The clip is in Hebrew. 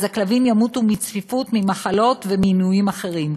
אז הכלבים ימותו מצפיפות, ממחלות ומעינויים אחרים.